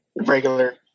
regular